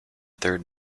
third